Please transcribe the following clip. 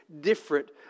different